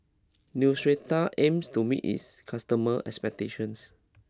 Neostrata aims to meet its customers' expectations